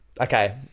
okay